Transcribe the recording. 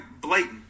blatant